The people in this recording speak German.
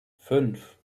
fünf